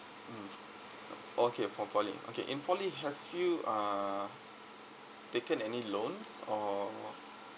mm okay from poly okay in poly have you uh taken any loans or